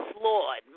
Lord